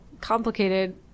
complicated